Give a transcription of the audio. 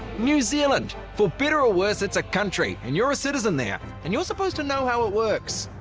new zealand, for better or worse, it's a country and you're a citizen there. and you're supposed to know how it works.